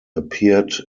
appeared